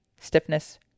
stiffness